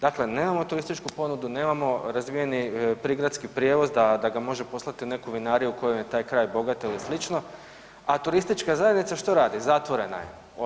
Dakle, nemamo turističku ponudu, nemamo razvijeni prigradski prijevoz da ga može poslati u neku vinariju kojom je taj grad bogat ili sl., a turistička zajednica što radi, zatvorena je.